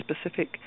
specific